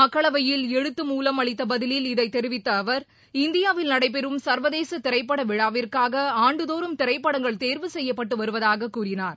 மக்களவையில் எழுத்து மூலம் அளித்த பதிவில் இதை தெரிவித்த அவர் இந்தியாவில் நடைபெறும் சர்வதேச திரைப்பட விழாவிற்காக ஆண்டுதோறும் திரைப்படங்கள் தேர்வு செய்யப்பட்டுவருவதாக கூறினார்